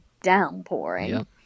downpouring